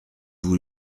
vous